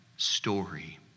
Story